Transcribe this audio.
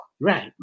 Right